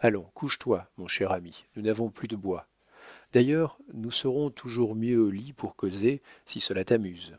allons couche-toi mon cher ami nous n'avons plus de bois d'ailleurs nous serons toujours mieux au lit pour causer si cela t'amuse